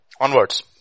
Onwards